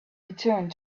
returned